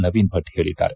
ನವೀನ್ ಭಟ್ ಹೇಳಿದ್ದಾರೆ